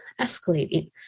escalating